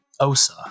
OSA